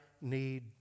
need